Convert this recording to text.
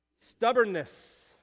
stubbornness